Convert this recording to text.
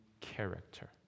character